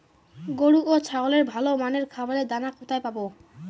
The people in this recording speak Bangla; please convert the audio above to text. গরু ও ছাগলের ভালো মানের খাবারের দানা কোথায় পাবো?